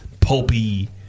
pulpy